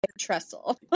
trestle